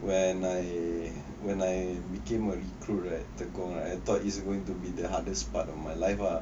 when I when I became a recruit at tekong I thought it's going to be the hardest part of my life ah